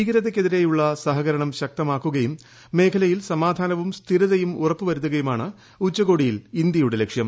ഭീകരതയ്ക്കെതിരെയുള്ള സഹകരണം ശക്തമാക്കുകയും മേഖലയിൽ സമാധാനവും സ്ഥിരതയും ഉറപ്പു വരുത്തുകയുമാണ് ഉച്ചകോടിയിൽ ഇന്തൃയുടെ ലക്ഷ്യം